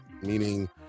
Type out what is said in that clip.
meaning